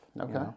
Okay